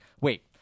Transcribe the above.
Wait